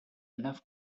enough